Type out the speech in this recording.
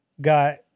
got